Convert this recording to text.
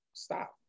stop